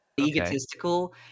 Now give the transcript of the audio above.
egotistical